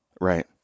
Right